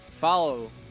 Follow